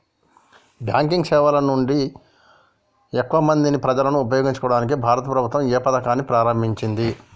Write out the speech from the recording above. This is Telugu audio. బ్యాంకింగ్ సేవల నుండి ఎక్కువ మంది ప్రజలను ఉపయోగించుకోవడానికి భారత ప్రభుత్వం ఏ పథకాన్ని ప్రారంభించింది?